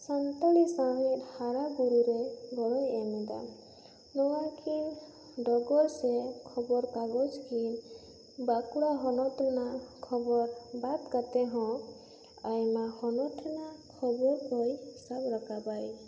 ᱥᱟᱱᱛᱟᱲᱤ ᱥᱟᱶᱦᱮᱫ ᱦᱟᱨᱟ ᱵᱩᱨᱩ ᱨᱮ ᱜᱚᱲᱚᱭ ᱮᱢ ᱮᱫᱟ ᱱᱚᱣᱟ ᱠᱤᱱ ᱰᱚᱜᱚᱨ ᱥᱮ ᱠᱷᱚᱵᱚᱨ ᱠᱟᱜᱚᱡᱽ ᱜᱮ ᱵᱟᱸᱠᱩᱲᱟ ᱦᱚᱱᱚᱛ ᱨᱮᱱᱟᱜ ᱠᱷᱚᱵᱚᱨ ᱵᱟᱫᱽ ᱠᱟᱛᱮ ᱦᱚᱸ ᱟᱭᱢᱟ ᱦᱚᱱᱚᱛ ᱨᱮᱱᱟᱜ ᱠᱷᱚᱵᱚᱨ ᱠᱚᱭ ᱥᱟᱵ ᱨᱟᱠᱟᱵᱟᱭ